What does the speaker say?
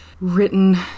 written